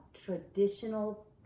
traditional